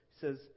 says